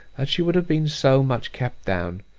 that she would have been so much kept down.